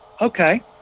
okay